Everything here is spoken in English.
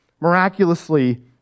miraculously